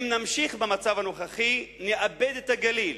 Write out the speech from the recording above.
אם נמשיך במצב הנוכחי נאבד את הגליל,